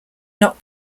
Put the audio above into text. not